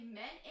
men